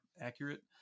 accurate